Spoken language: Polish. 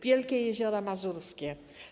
Wielkie jeziora mazurskie.